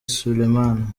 suleiman